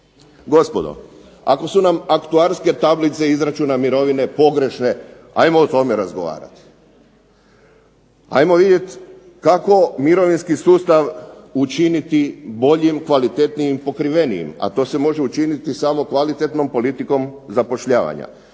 Gospodo, ako su nam aktuarske tablice izračuna mirovine pogrešne hajmo o tome razgovarati. Hajmo vidjeti kako mirovinski sustav učiniti boljim, kvalitetnijim, pokrivenijim, a to se može učiniti samo kvalitetnom politikom zapošljavanja.